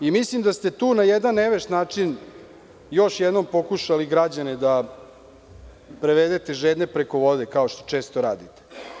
Mislim, da ste tu na jedan nevešt način još jednom pokušali građane da prevedete žedne preko vode kao što to često radite.